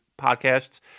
podcasts